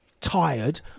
tired